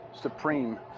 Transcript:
supreme